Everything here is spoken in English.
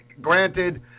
granted